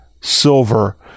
silver